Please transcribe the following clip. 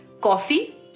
Coffee